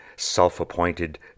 self-appointed